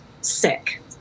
sick